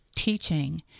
teaching